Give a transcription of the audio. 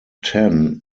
ten